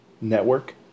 network